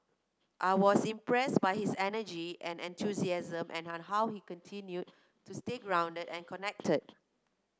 I was impressed by his energy and enthusiasm and how he continued to stay grounded and connected